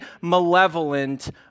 malevolent